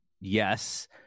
yes